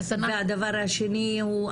והדבר השני הוא,